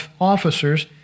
officers